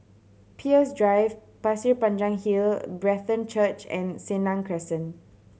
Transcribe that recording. Peirce Drive Pasir Panjang Hill Brethren Church and Senang Crescent